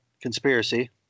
Conspiracy